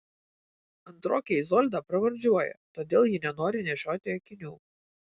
antrokę izoldą pravardžiuoja todėl ji nenori nešioti akinių